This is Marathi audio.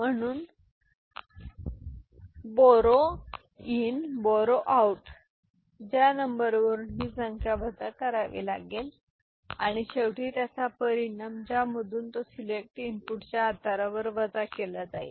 म्हणून बोरो इन बोरो आऊट ज्या नंबरवरून ही संख्या वजा करावी लागेल आणि शेवटी ज्याचा परिणाम ज्यामधून तो सिलेक्ट इनपुटच्या आधारावर वजा केला जाईल